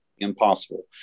impossible